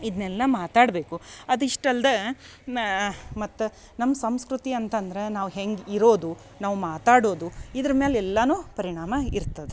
ಇದನ್ನೆಲ್ಲ ಮಾತಾಡಬೇಕು ಅದಿಷ್ಟಲ್ದ ಮ್ಯ ಮತ್ತು ನಮ್ಮ ಸಂಸ್ಕೃತಿ ಅಂತಂದ್ರ ನಾವು ಹೆಂಗೆ ಇರೋದು ನಾವು ಮಾತಾಡೋದು ಇದ್ರ ಮ್ಯಾಲೆ ಎಲ್ಲಾನು ಪರಿಣಾಮ ಇರ್ತದ